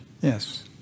yes